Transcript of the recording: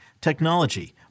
technology